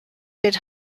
bit